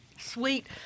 Sweet